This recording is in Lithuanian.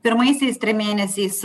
pirmaisiais trim mėnesiais